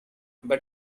but